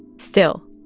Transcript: still,